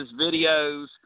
videos